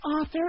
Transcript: Author